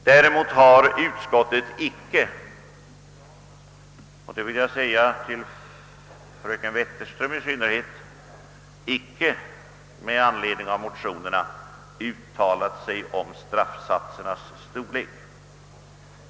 Däremot har utskottet icke med anledning av motionerna uttalat sig om straffsatsernas storlek.